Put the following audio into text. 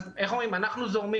אנחנו זורמים.